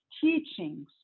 teachings